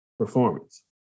Performance